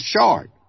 short